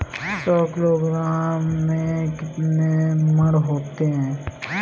सौ किलोग्राम में कितने मण होते हैं?